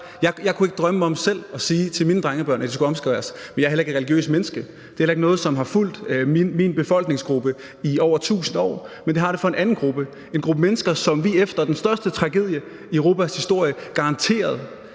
Jeg kunne ikke selv drømme om at sige til mine drengebørn, at de skulle omskæres, men jeg er heller ikke et religiøst menneske. Det er heller ikke noget, som har fulgt min befolkningsgruppe i over tusind år, men det har det for en anden gruppe. Det er en gruppe mennesker, som vi efter den største tragedie i Europas historie garanterede